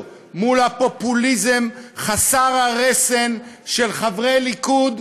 מול הפופוליזם חסר הרסן של חברי ליכוד,